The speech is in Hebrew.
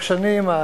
לאורך שנים,